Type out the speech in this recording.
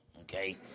okay